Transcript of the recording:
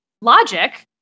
logic